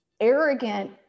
arrogant